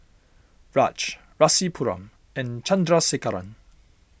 Raj Rasipuram and Chandrasekaran